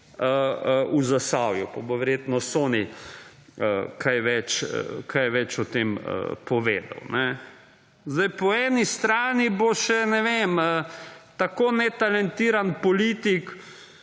v Zasavju pa bo verjetno Soni kaj več o tem povedal. Po eni strani bo še ne vem tako netalentiran politik